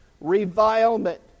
revilement